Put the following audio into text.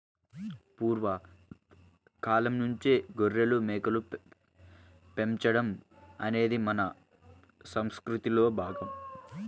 పూర్వ కాలంనుంచే గొర్రెలు, మేకలు పెంచడం అనేది మన సంసృతిలో భాగం